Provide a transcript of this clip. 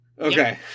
Okay